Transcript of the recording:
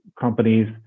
companies